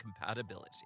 compatibility